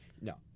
No